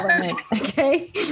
Okay